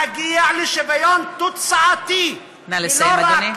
להגיע לשוויון תוצאתי, נא לסיים, אדוני.